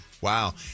wow